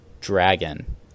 dragon